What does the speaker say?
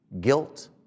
guilt